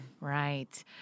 Right